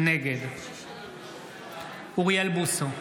נגד אוריאל בוסו,